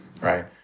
right